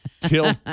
till